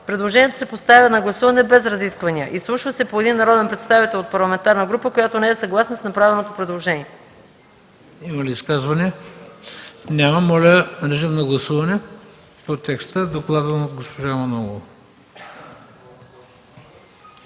Предложението се поставя на гласуване без разисквания. Изслушва се по един народен представител от парламентарна група, която не е съгласна с направеното предложение.”